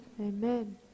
amen